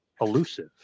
elusive